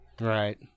Right